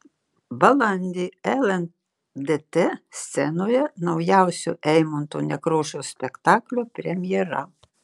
balandį lndt scenoje naujausio eimunto nekrošiaus spektaklio premjera